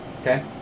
Okay